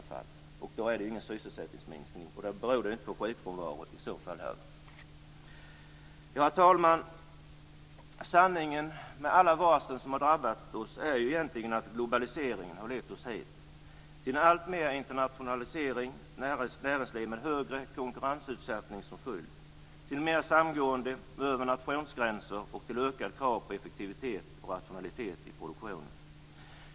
Då är det ingen sysselsättningsminskning, och då beror det inte heller på sjukfrånvaro. Herr talman! Sanningen med alla varsel som har drabbat oss är ju att globaliseringen leder oss hit, till ett alltmer internationaliserat näringsliv med högre konkurrensutsättning som följd, till mer samgående över nationsgränser och till ökade krav på effektivitet och rationalitet i produktionen.